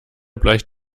bleicht